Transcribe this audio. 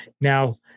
Now